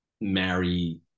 marry